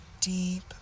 deep